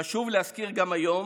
חשוב להזכיר גם היום,